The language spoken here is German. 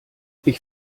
ich